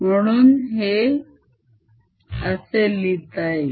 म्हणून हे असे लिहिता येईल